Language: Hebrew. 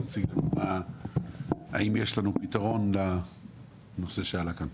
הם יש לנו פתרון לנושא שעלה כאן?